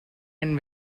and